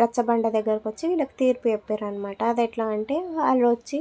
రచ్చబండ దగ్గరకు వచ్చి వీళ్ళకి తీర్పు చెప్పిరన్నమాట అది ఎట్లా అంటే వాళ్ళు వచ్చి